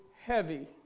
heavy